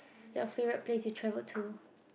your favourite place to travel to